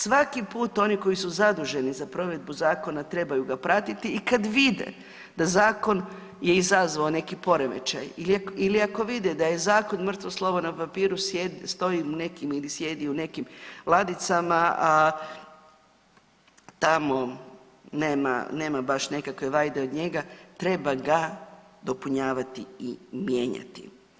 Svaki put oni koji su zaduženi za provedbu zakona trebaju ga pratiti i kad vide da zakon je izazvao neki poremećaj ili ako vide da je zakon mrtvo slovo na papiru, stoji u nekim ili sjedi u nekim ladicama, a tamo nema baš nekakve vajde od njega, treba ga dopunjavati i mijenjati.